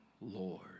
Lord